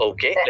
Okay